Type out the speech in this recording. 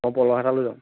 মই পলহ এটা লৈ যাম